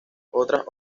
otras